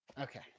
Okay